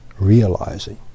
realizing